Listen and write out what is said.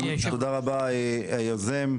תודה רבה ליוזם,